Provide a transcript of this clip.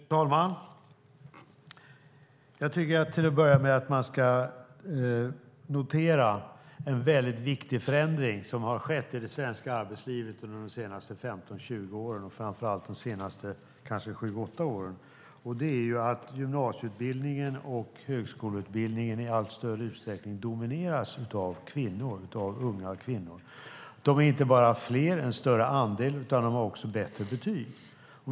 Fru talman! Jag tycker till att börja med att man ska notera en väldigt viktig förändring som har skett i det svenska arbetslivet under de senaste 15-20 åren och kanske framför allt de senaste 7-8 åren, och det är att gymnasieutbildningen och högskoleutbildningen i allt större utsträckning domineras av unga kvinnor. De är inte bara fler, alltså utgör en större andel, utan de har också bättre betyg.